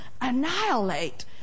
annihilate